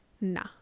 nah